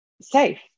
safe